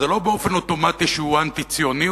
זה לא באופן אוטומטי שהוא אנטי-ציוני,